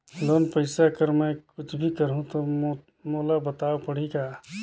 Loan पइसा कर मै कुछ भी करहु तो मोला बताव पड़ही का?